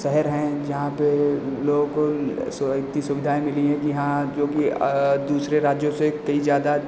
शहर हैं जहाँ पर लोग उन सो आइती सुविधाएँ मिली हैं कि हाँ जो कि दूसरे राज्यों से कई ज़्यादा